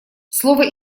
слово